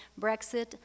Brexit